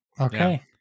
okay